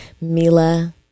Mila